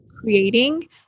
creating